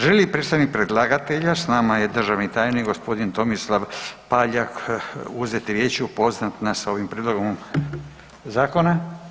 Želi li predstavnik predlagatelja, s nama je državni tajnik gospodin Tomislav Paljak uzeti riječ i upoznati nas s ovim prijedlogom zakona?